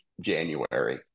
January